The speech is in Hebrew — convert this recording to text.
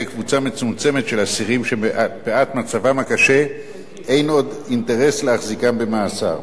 אסירים שמפאת מצבם הקשה אין עוד אינטרס להחזיקם במאסר.